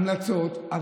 המלצות.